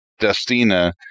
Destina